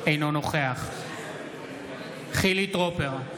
אינו נוכח חילי טרופר,